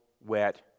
wet